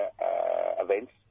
events